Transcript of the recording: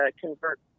convert